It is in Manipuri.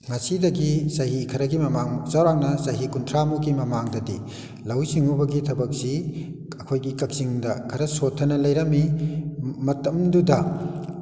ꯉꯁꯤꯗꯒꯤ ꯆꯍꯤ ꯈꯔꯒꯤ ꯃꯃꯥꯡꯗ ꯆꯥꯎꯔꯥꯛꯅ ꯆꯍꯤ ꯀꯨꯟꯊ꯭ꯔꯥꯃꯨꯛꯀꯤ ꯃꯃꯥꯡꯗꯗꯤ ꯂꯧꯎ ꯁꯤꯡꯎꯕꯒꯤ ꯊꯕꯛꯁꯤ ꯑꯩꯈꯣꯏꯒꯤ ꯀꯛꯆꯤꯡꯗ ꯈꯔꯥ ꯁꯣꯠꯊꯅ ꯂꯩꯔꯝꯃꯤ ꯃꯇꯝꯗꯨꯗ